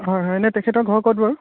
হয় হয় এনে তেখেতৰ ঘৰ ক'ত বাৰু